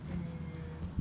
um